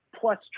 plus